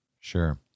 Sure